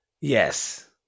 Yes